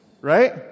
Right